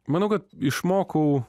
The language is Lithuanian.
manau kad išmokau